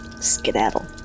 Skedaddle